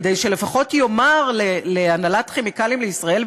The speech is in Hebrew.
כדי שלפחות יאמר להנהלת "כימיקלים לישראל"